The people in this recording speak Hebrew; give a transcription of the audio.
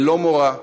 ללא מורא,